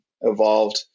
evolved